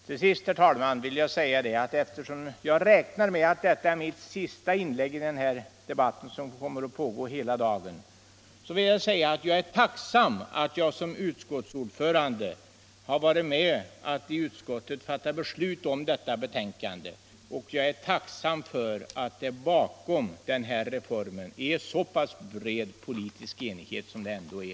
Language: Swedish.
Till sist, herr talman, vill jag säga att jag, eftersom jag räknar med att detta är mitt sista inlägg i denna debatt som kommer att pågå hela dagen, är tacksam för att jag som utskottsordförande har varit med om att i utskottet fatta beslut om detta betänkande och att jag är tacksam för att det bakom denna reform är en så pass bred politisk enighet som det ändå är.